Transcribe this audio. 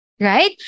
right